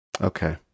Okay